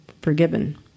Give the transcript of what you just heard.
forgiven